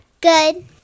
Good